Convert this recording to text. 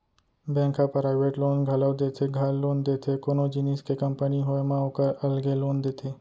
bank ह private loan घलौ देथे, घर लोन देथे, कोनो जिनिस के कंपनी होय म ओकर अलगे लोन देथे